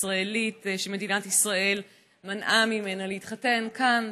ישראלית שמדינת ישראל מנעה ממנה להתחתן כאן,